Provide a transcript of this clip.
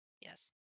yes